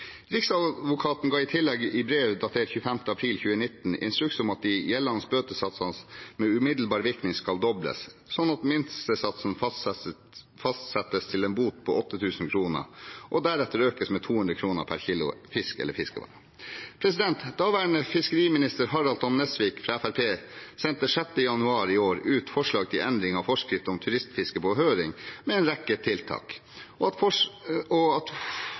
Riksadvokaten ga i tillegg i brev datert 25. april 2019 instruks om at de gjeldende bøtesatsene med umiddelbar virkning skulle dobles, slik at minstesatsen fastsettes til en bot på 8 000 kr og deretter økes med 200 kr per kilo fisk eller fiskevare. Daværende fiskeriminister, Harald Tom Nesvik fra Fremskrittspartiet, sendte 6. januar i år ut på høring forslag til endring av forskrift om turistfiske, med en rekke tiltak. Forslagene nr. 2 og